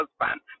husband